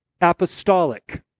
apostolic